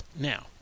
now